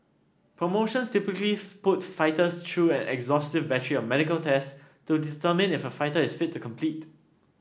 promotions typically put fighters through an exhaustive battery of medical tests to determine if a fighter is fit to compete